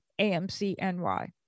AMCNY